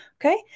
Okay